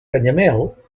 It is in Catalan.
canyamel